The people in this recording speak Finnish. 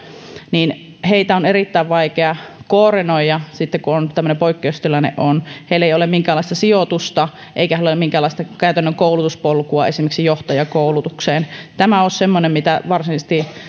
on erittäin vaikea koordinoida sitten kun tämmöinen poikkeustilanne on heillä ei ole minkäänlaista sijoitusta eikä heillä ole minkäänlaista käytännön koulutuspolkua esimerkiksi johtajakoulutukseen tämä olisi sellainen mitä